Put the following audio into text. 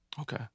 Okay